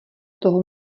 toho